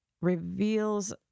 reveals